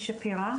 שפירא,